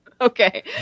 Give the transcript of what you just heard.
Okay